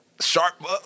Sharp